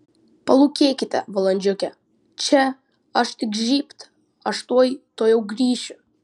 palūkėkite valandžiukę čia aš tik žybt aš tuoj tuojau grįšiu